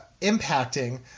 impacting